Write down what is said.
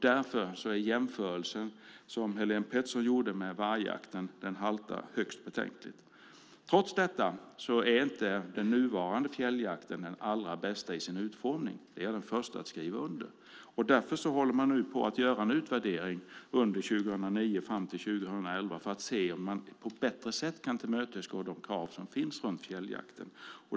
Därför haltar Helén Petterssons jämförelse med vargjakten högst betänkligt. Trots detta är fjälljaktens nuvarande utformning inte den allra bästa; det är jag den förste att skriva under på. Därför håller man på med en utvärdering - den startade 2009 och pågår fram till 2011 - för att se om man bättre kan tillmötesgå de krav som finns när det gäller fjälljakten.